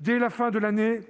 Dès la fin de l'année,